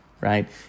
Right